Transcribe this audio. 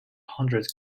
hundred